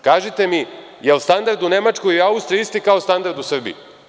Kažite mi da li je standard u Nemačkoj i Austriji isti kao standard u Srbiji?